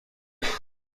بود